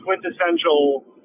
quintessential